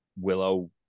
Willow